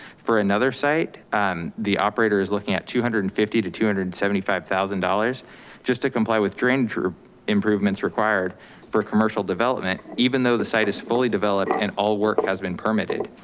for another site, and the operator is looking at two hundred and fifty to two hundred and seventy five thousand dollars just to comply with drain drew improvements required for commercial development, even though the site is fully developed and all work has been permitted.